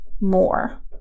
more